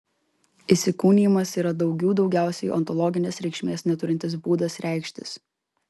įsikūnijimas yra daugių daugiausiai ontologinės reikšmės neturintis būdas reikštis